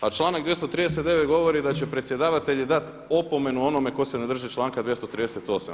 A članak 239. govori da će predsjedavatelji dati opomenu onome tko se ne drži članka 238.